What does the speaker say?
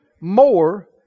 more